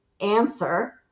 answer